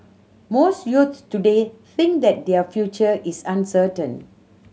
most youths today think that their future is uncertain